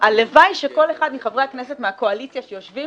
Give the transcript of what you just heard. הלוואי שכל אחד מחברי הכנסת מהקואליציה שיושבים